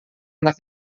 anak